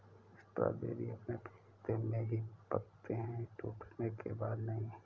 strawberry अपने पौधे में ही पकते है टूटने के बाद नहीं